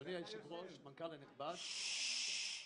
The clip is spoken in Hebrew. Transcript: אדוני היושב-ראש, המנכ"ל הנכבד, ראשית,